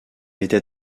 était